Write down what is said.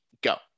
go